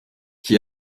qui